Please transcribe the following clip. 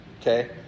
Okay